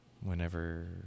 whenever